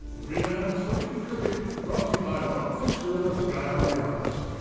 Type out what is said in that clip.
reel animals hook it and cook it brought to you by rumfish grill at the guy harvey outpost.